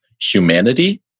humanity